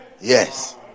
yes